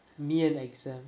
exam